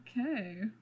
Okay